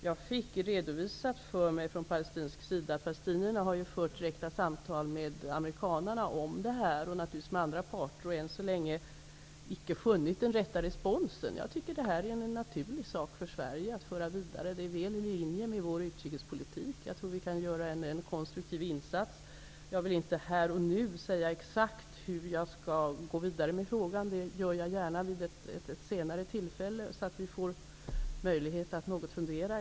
Jag fick redovisat från palestinsk sida att palestinierna har fört direkta samtal med amerikanerna om det här, och naturligtvis med andra parter, och än så länge icke funnit den rätta responsen. Jag tycker att det här är en naturlig sak för Sverige att föra vidare. Det är väl i linje med vår utrikespolitik. Jag tror att vi kan göra en konstruktiv insats. Jag vill inte här och nu säga exakt hur jag skall gå vidare med frågan, men det gör jag gärna vid ett senare tillfälle, då vi har fått möjlighet att fundera.